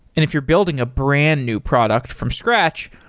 if you're building a brand-new product from scratch,